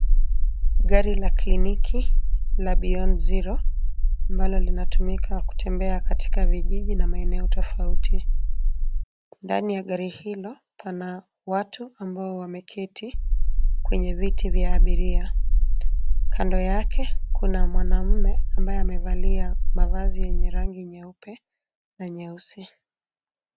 Gari la kliniki la Beyond Zero ambalo linatumika kutembea katika vijiji na maeneo tofauti. Ndani ya gari hilo pana watu ambao wameketi kwenye viti vya abiria, kando yake kuna mwanaume ambaye amevalia mavazi yenye rangi nyeupe na nyeusi.